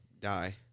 die